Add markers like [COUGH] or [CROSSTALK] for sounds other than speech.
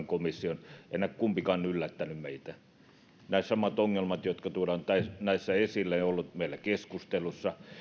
[UNINTELLIGIBLE] komission tämänpäiväinen arvio ei kumpikaan yllättänyt meitä nämä samat ongelmat jotka tuodaan näissä esille ovat olleet meillä keskustelussa